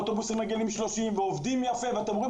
אוטובוסים עם 30 ועובדים יפה ואתם רואים